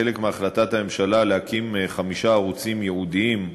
כחלק מהחלטת הממשלה להקים חמישה ערוצים ייעודיים,